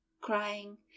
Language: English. crying